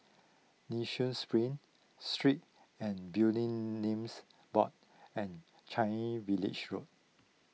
Nee Soon Spring Street and Building Names Board and Changi Village Road